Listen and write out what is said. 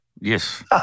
Yes